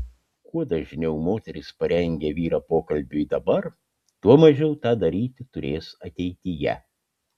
kuo dažniau moteris parengia vyrą pokalbiui dabar tuo mažiau tą daryti turės ateityje